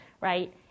right